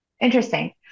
Interesting